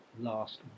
last